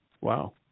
Wow